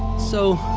so,